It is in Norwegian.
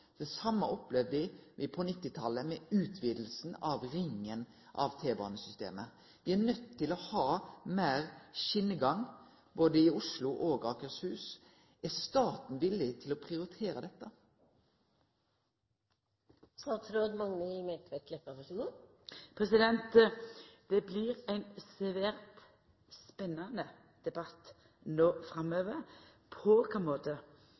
Det same opplevde me på 1990-talet med utvidinga av T-banesystemet med Ringen. Me er nøydde til å ha meir skjenegang i både Oslo og Akershus. Er staten villig til å prioritere dette? Det blir ein svært spennande debatt no framover om på kva måte